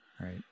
Right